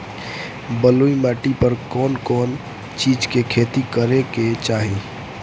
बलुई माटी पर कउन कउन चिज के खेती करे के चाही?